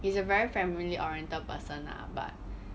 he is a very family oriented person lah but